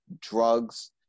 drugs